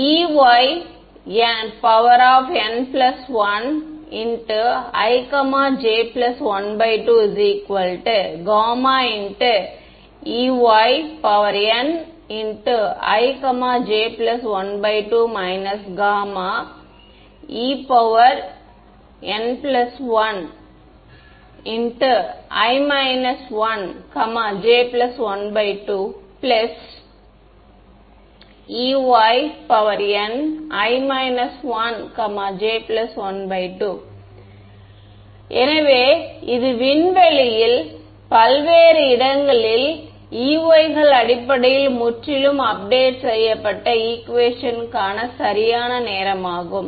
Ey n1i j1 2 γEy ni j1 2 γEy n1i 1 j1 2 Ey ni 1 j1 2 எனவே இது space ல் மற்றும் நேரத்தில் பல்வேறு இடங்களில் Ey கள் அடிப்படையில் முற்றிலும் அப்டேட் செய்யப்பட்ட ஈகுவேஷன் ஆகும்